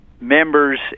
members